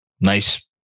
nice